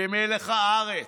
במלח הארץ?